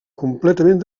completament